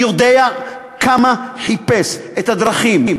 אני יודע כמה הוא חיפש את הדרכים,